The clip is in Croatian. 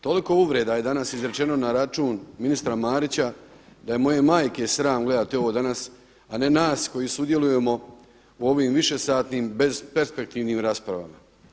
Toliko uvreda je danas izrečeno na račun ministra Marića da je moje majke sram gledati ovo danas a ne nas koji sudjelujemo u ovim višesatnim besperspektivnim raspravama.